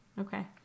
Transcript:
Okay